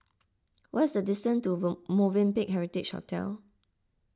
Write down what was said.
what is the distance to Movenpick Heritage Hotel